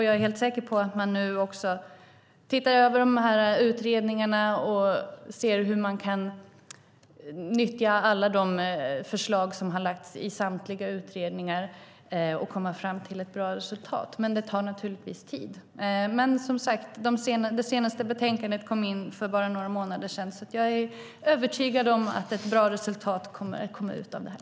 Jag är helt säker på att man nu tittar över de här utredningarna, ser hur man kan nyttja de förslag som lagts fram i samtliga utredningar och kommer fram till ett bra resultat. Det tar naturligtvis tid. Men som sagt kom det senaste betänkandet bara för några månader sedan, så jag är övertygad om att ett bra resultat kommer att komma ut av det här.